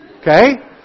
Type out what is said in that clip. Okay